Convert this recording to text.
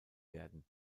werden